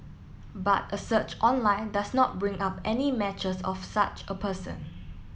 but a search online does not bring up any matches of such a person